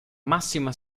massima